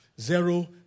Zero